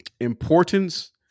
importance